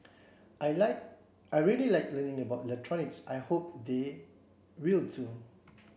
I like I really like learning about electronics and I hope they will too